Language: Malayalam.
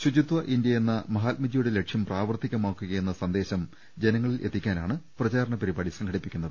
ശുചിത്വ ഇന്ത്യയെന്ന മഹാത്മജിയുടെ ലക്ഷ്യം പ്രാവർത്തികമാക്കുകയെന്ന സന്ദേശം ജനങ്ങളിലെത്തിക്കാനാണ് പ്രചാരണ പരിപാടി സംഘടിപ്പിക്കുന്നത്